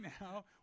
now